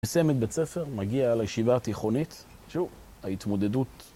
מסיים את בית ספר, מגיע לישיבה התיכונית, שוב ההתמודדות